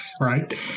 Right